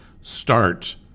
start